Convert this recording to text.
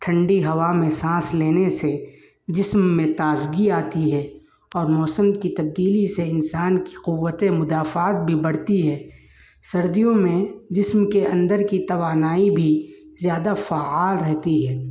ٹھنڈی ہوا میں سانس لینے سے جسم میں تازگی آتی ہے اور موسم کی تبدیلی سے انسان کی قوت مدافات بھی بڑھتی ہے سردیوں میں جسم کے اندر کی توانائی بھی زیادہ فعال رہتی ہے